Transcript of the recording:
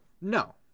No